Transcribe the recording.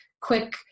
quick